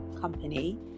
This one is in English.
company